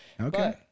Okay